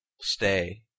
stay